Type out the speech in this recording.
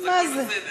אז הכול בסדר.